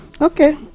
Okay